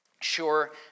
Sure